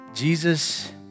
Jesus